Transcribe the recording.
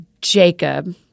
jacob